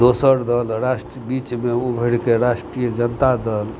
दोसर दल राष्ट्रीय बीचमे उभरिके राष्ट्रीय जनता दल